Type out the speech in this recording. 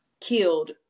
killed